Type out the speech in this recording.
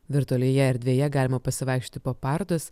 virtualioje erdvėje galima pasivaikščioti po parodas